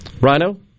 Rhino